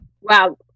wow